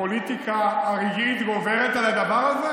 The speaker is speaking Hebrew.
הפוליטיקה הרגעית גוברת על הדבר הזה?